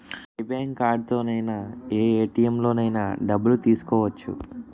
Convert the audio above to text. ఏ bank కార్డుతోనైన ఏ ATM లోనైన డబ్బులు తీసుకోవచ్చు